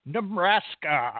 Nebraska